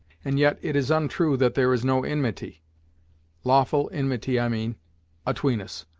and yet it is ontrue that there is no inmity lawful inmity i mean atween us.